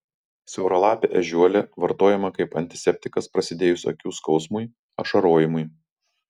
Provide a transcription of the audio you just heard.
siauralapė ežiuolė vartojama kaip antiseptikas prasidėjus akių skausmui ašarojimui